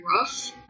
rough